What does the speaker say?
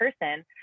person